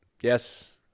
Yes